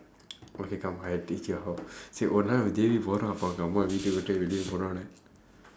okay come I teach you how say ஒரு நாள்:oru naal J_B போகுறோம் உங்க அம்மாவ விட்டு வெளியே போறவனே:pookuroom ungka ammaava vitdu veliyee pooravanee